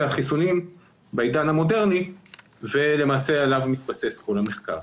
החיסונים בעידן המודרני ולמעשה עליו מתבסס כל המחקר.